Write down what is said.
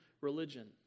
religion